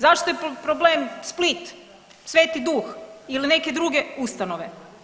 Zašto je problem Split, Sveti Duh ili neke druge ustanove?